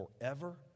forever